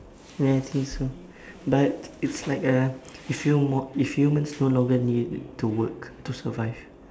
ya I think so but it's like a if you more if humans no longer needed to work to survive